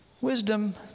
Wisdom